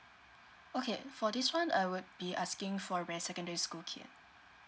okay for this one I will be asking for the secondary school kid